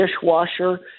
dishwasher